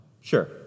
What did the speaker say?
Sure